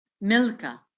Milka